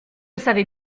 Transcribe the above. savez